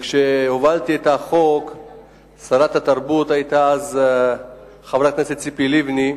כשהובלתי את החוק שרת התרבות היתה חברת הכנסת ציפי לבני,